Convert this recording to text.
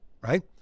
right